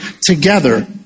together